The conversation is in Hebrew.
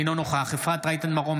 אינו נוכח אפרת רייטן מרום,